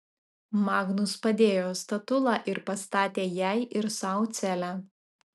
magnus padėjo statulą ir pastatė jai ir sau celę